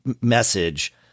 message